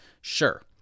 sure